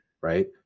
right